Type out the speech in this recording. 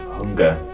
hunger